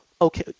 okay –